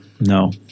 No